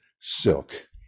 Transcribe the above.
silk